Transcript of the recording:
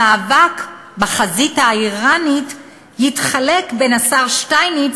המאבק בחזית האיראנית יתחלק בין השר שטייניץ